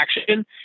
action